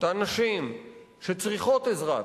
לאותן נשים שצריכות עזרה,